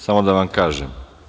Samo da vam kažem.